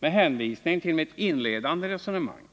Med hänvisning till mitt inledande resonemang